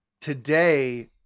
Today